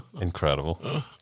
Incredible